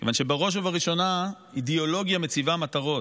כיוון שבראש ובראשונה אידיאולוגיה מציבה מטרות.